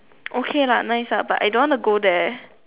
okay lah nice lah but I don't want to go there